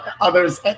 others